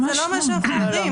זה לא מה שאנחנו אומרים.